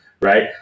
right